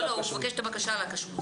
לא, לא, הוא מבקש את הבקשה על הכשרות.